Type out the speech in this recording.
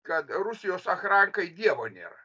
kad rusijos achrankai dievo nėra